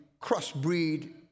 cross-breed